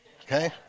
okay